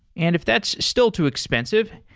and if that's still too expensive,